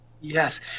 Yes